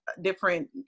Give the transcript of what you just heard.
different